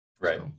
Right